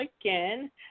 again